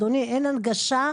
אדוני, אין הנגשה.